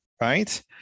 Right